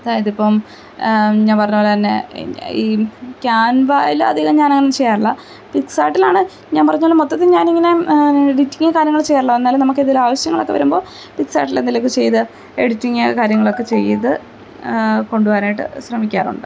അതായതിപ്പോള് ഞാൻ പറഞ്ഞ പോലെ തന്നെ ഈ ക്യാൻവയില് അധികം ഞാനങ്ങനൊന്നും ചെയ്യാറില്ല പിക്സാർട്ടിലാണ് ഞാൻ പറഞ്ഞപോലെ മൊത്തത്തില് ഞാനിങ്ങനെ എഡിറ്റിങ് കാര്യങ്ങള് ചെയ്യാറുള്ളൂ എന്നാലും നമുക്കിതില് ആവശ്യങ്ങളൊക്കെ വരുമ്പോള് പിക്സാർട്ടില് എന്തേലുമൊക്കെ ചെയ്ത് എഡിറ്റിങ് കാര്യങ്ങളൊക്കെ ചെയ്തു കൊണ്ടുപോകാനായിട്ടു ശ്രമിക്കാറുണ്ട്